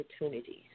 opportunities